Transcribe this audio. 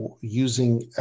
using